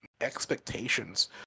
expectations